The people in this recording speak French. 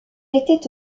était